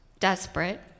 desperate